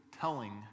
telling